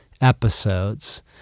episodes